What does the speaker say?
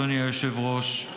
אדוני היושב-ראש,